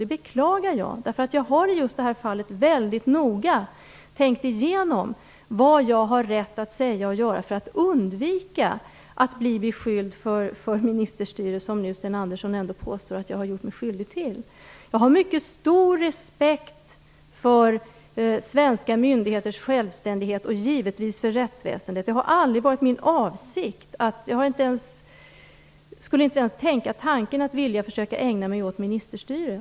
Det beklagar jag, eftersom jag i just det här fallet mycket noga har tänkt igenom vad jag har rätt att säga och göra för att undvika att bli beskylld för ministerstyre, som Sten Andersson nu ändå påstår att jag har gjort mig skyldig till. Jag har mycket stor respekt för svenska myndigheters självständighet och givetvis för rättsväsendet. Det har aldrig varit min avsikt, och jag skulle inte ens tänka tanken att vilja ägna mig åt ministerstyre.